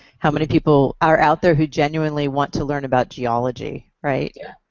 how many people are out there who genuinely want to learn about geology, right? yeah.